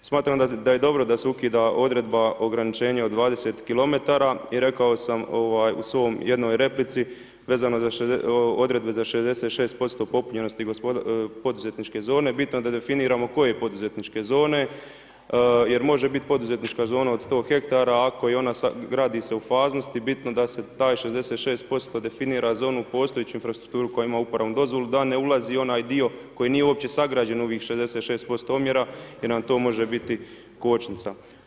Smatram da je dobro da se ukida odredba ograničenja od 20 kilometara i rekao sam u svojoj jednoj replici vezano za odredbe 66% popunjenosti poduzetničke zone, bitno je da definiramo koje poduzetničke zone jer može biti poduzetnička zona od 100 hektara ako se ona gradi u faznosti bitno je da se taj 66% definira zonu postojeću infrastrukturu koja ima uporabnu dozvolu da ne ulazi onaj dio koji nije uopće sagrađen u ovih 66% omjera jer nam to može biti kočnica.